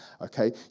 okay